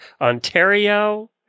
Ontario